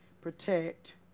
protect